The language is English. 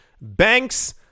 banks